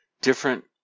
different